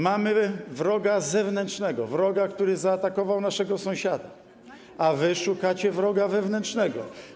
Mamy wroga zewnętrznego, wroga, który zaatakował naszego sąsiada, a wy szukacie wroga wewnętrznego.